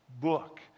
book